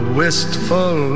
wistful